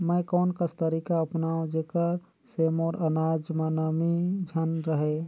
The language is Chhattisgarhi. मैं कोन कस तरीका अपनाओं जेकर से मोर अनाज म नमी झन रहे?